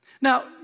Now